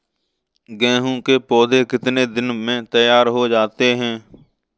गेहूँ के पौधे कितने दिन में तैयार हो जाते हैं?